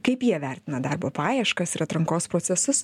kaip jie vertina darbo paieškas ir atrankos procesus